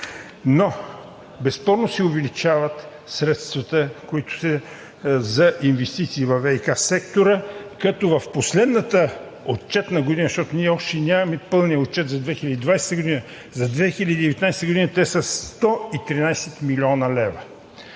Но безспорно се увеличават средствата за инвестиции във ВиК сектора, като в последната отчетна година, защото ние още нямаме пълния отчет за 2020 г. – за 2019 г. те са 113 млн. лв.